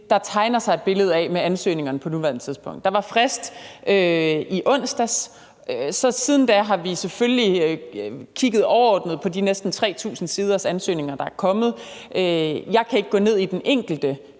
der tegner sig et billede af på nuværende tidspunkt med ansøgningerne. Der var frist i onsdags. Siden da har vi selvfølgelig kigget overordnet på de næsten 3.000 siders ansøgninger, der er kommet. Jeg kan ikke gå ned i den enkelte